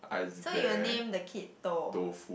so you will name the kid Thor